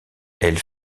elles